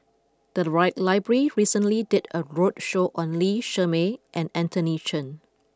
the right library recently did a roadshow on Lee Shermay and Anthony Chen